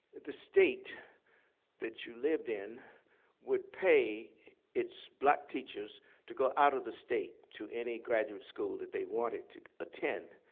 the state that you lived in would pay its black teachers to go out of the state to any graduate school that they wanted to attend